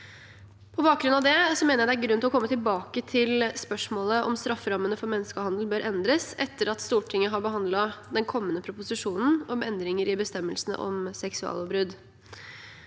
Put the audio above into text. På bakgrunn av det mener jeg det er grunn til å komme tilbake til spørsmålet om hvorvidt strafferammene for menneskehandel bør endres, etter at Stortinget har behandlet den kommende proposisjonen om endringer i bestemmelsene om seksuallovbrudd.